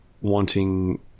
wanting